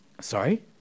Sorry